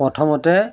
প্ৰথমতে